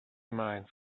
minds